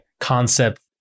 concept